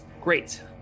Great